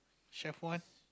chef one